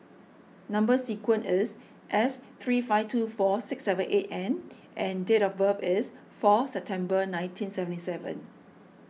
Number Sequence is S three five two four six seven eight N and date of birth is four September nineteen seventy seven